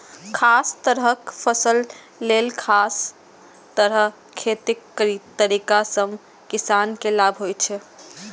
खास तरहक फसल लेल खास तरह खेतीक तरीका सं किसान के लाभ होइ छै